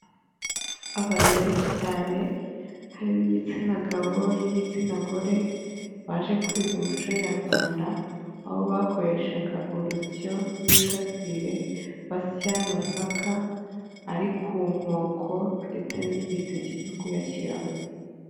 Abantu benshi cyane harimo igitsina gabo n'igitsina gore baje kwiga umuco Nyarwanda aho bakoreshaga urusyo n'ingasire basya amasaka ari ku nkoko ndetse n'igiseke cyo kuyashyiramo.